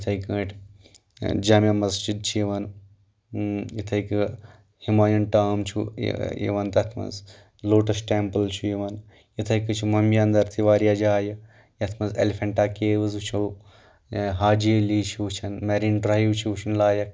یِتھٕے کٲٹھۍ جامیا مسجد چھِ یِوان یِتھٕے کٔنۍ ہمایو ٹاوُن چھُ یِوان تتھ منٛز لوٹس ٹٮ۪مپٕل چھُ یِوان یِتھٕے کٔنۍ چھِ ممبیہِ انٛدر تہِ واریاہ جایہِ یتھ منٛز اٮ۪لفیٚنٹا کیوٕز وٕچھو حاجی علی چھُ وٕچھن میریٖن ڈرایو چھ وٕچھن لایق